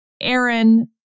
Aaron